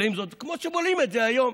היו בולעים זאת, כמו שבולעים את זה היום.